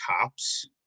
cops